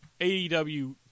AEW